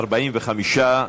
45,